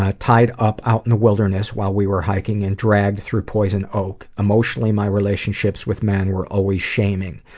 ah tied up out in the wilderness while we were hiking, and dragged through poison oak. emotionally, my relationships with men were always shaming.